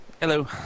Hello